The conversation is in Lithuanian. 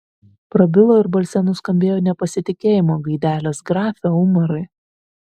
prabilo ir balse nuskambėjo nepasitikėjimo gaidelės grafe umarai